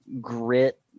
grit